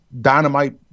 dynamite